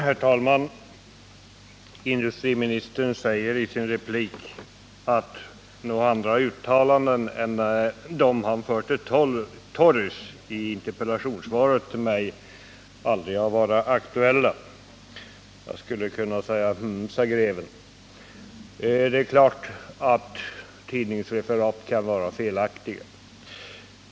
Herr talman! Industriministern sade i sin replik att några andra uttalanden än dem han för till torgs i interpellationssvaret till mig aldrig har varit aktuella. Jag skulle kunna säga: Hm, sa” greven. Det är klart att tidningsreferat kan vara felaktiga.